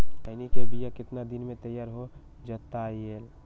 खैनी के बिया कितना दिन मे तैयार हो जताइए?